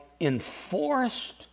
enforced